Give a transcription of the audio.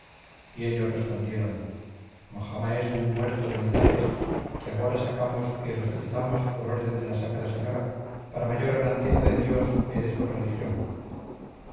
ellos respondieron mojama es de un muerto de metales que agora sacamos y resucitamos por orden de la sacra señora para mayor grandeza de dios e de su religión